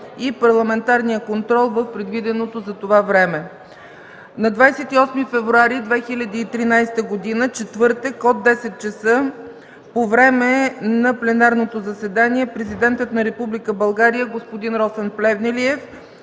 Парламентарен контрол” – в предвиденото за това време. На 28 февруари 2013 г., четвъртък, от 10,00 ч. по време на пленарното заседание Президентът на Република България господин Росен Плевнелиев